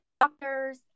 doctors